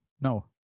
no